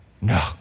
No